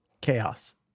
chaos